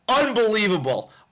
Unbelievable